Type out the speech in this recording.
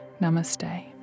Namaste